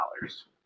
dollars